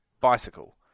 bicycle